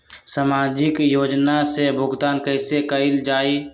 सामाजिक योजना से भुगतान कैसे कयल जाई?